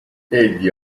egli